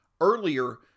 earlier